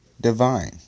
divine